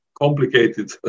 complicated